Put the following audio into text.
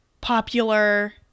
popular